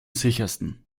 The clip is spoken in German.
sichersten